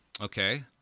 Okay